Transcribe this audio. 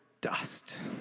dust